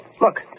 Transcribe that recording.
look